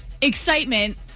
excitement